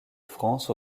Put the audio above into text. france